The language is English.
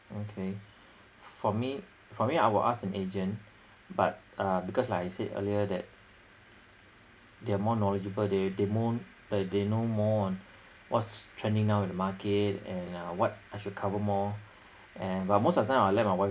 okay for me for me I will ask an agent but uh because like I said earlier that they are more knowledgeable they moan~ uh they know more on what's trending now in the market and uh what I should cover more and but most of the time I'll let my wife